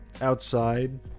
outside